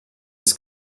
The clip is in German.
des